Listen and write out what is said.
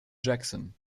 jackson